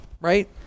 Right